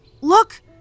Look